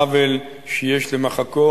עוול שיש למוחקו.